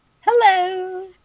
Hello